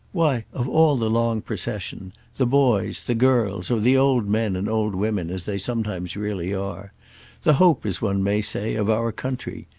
why of all the long procession the boys, the girls, or the old men and old women as they sometimes really are the hope, as one may say, of our country.